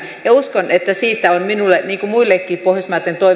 ja uskon että siitä on minulle niin kuin muillekin pohjoismaiden